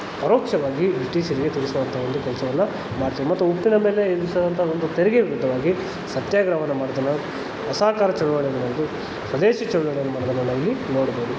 ಪರೋಕ್ಷವಾಗಿ ಬ್ರಿಟಿಷರಿಗೆ ತಿಳಿಸುವಂಥ ಒಂದು ಕೆಲಸವನ್ನ ಮಾಡ್ತೀವಿ ಮತ್ತು ಉಪ್ಪಿನ ಮೇಲೆ ವಿಧಿಸಿದಂಥ ಒಂದು ತೆರಿಗೆ ವಿರುದ್ಧವಾಗಿ ಸತ್ಯಾಗ್ರಹವನ್ನು ಮಾಡೋದನ್ನು ಅಸಹಕಾರ ಚಳುವಳಿಯನ್ನು ಮಾಡೋದು ಸ್ವದೇಶಿ ಚಳುವಳಿಯನ್ನು ಮಾಡೋದನ್ನು ನಾವಿಲ್ಲಿ ನೋಡ್ಬೋದು